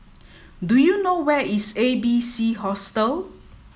do you know where is A B C Hostel